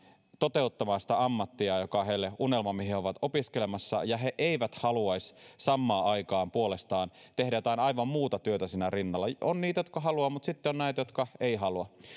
toteuttamaan sitä ammattia joka on heille unelma ja johon he ovat opiskelemassa ja jotka eivät haluaisi samaan aikaan puolestaan tehdä jotain aivan muuta työtä siinä rinnalla on niitä jotka haluavat mutta sitten on näitä jotka eivät halua